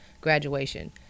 graduation